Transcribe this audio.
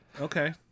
Okay